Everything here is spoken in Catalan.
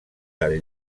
del